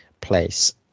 place